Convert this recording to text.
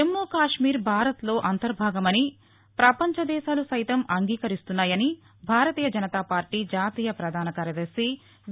జమ్మూ కాశ్మీర్ భారత్లో అంతర్భాగమని పపంచ దేశాలు సైతం అంగీకరిస్తున్నాయని భారతీయ జనతాపార్లీ జాతీయ పధాన కార్యదర్శి వి